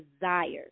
desires